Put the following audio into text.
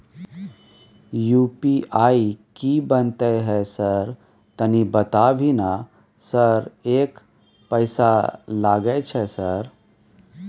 UPI की बनते है सर तनी बता भी ना सर एक पैसा लागे छै सर?